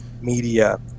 media